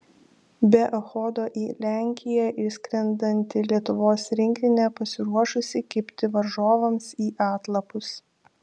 be echodo į lenkiją išskrendanti lietuvos rinktinė pasiruošusi kibti varžovams į atlapus